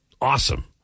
Awesome